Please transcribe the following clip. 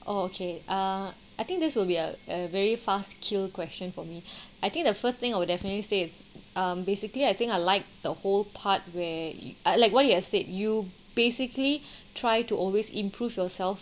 oh okay uh I think this will be a a very fast kill question for me I think the first thing I will definitely say is um basically I think I like the whole part where I like what you said you basically try to always improve yourself